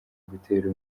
gutera